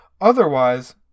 Otherwise